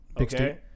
Okay